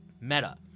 Meta